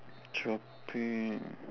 shopping